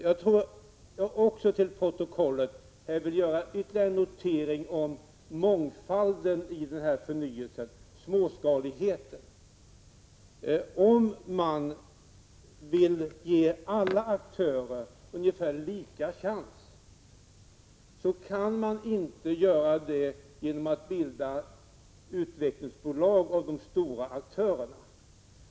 Jag vill göra ytterligare en notering till protokollet om mångfalden i fråga om förnyelsen, och det gäller småskaligheten. Om man vill ge alla aktörer ungefär lika stor chans, kan man inte göra det genom att bilda utvecklingsbolag med de stora aktörerna.